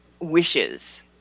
wishes